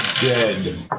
Dead